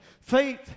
faith